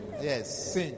Yes